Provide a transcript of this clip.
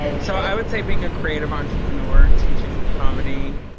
so i would say being a creative entrepreneur teaching comedy,